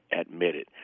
admitted